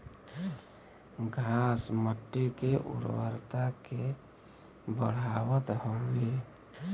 घास मट्टी के उर्वरता के बढ़ावत हउवे